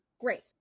great